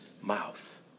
mouth